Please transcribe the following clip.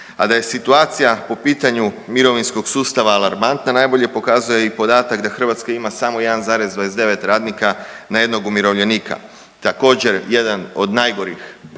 A da je situacija po pitanju mirovinskog sustava alarmantna najbolje pokazuje i podatak da Hrvatska ima samo 1,29 radnika na jednog umirovljenika. Također jedan od najgorih